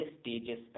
stages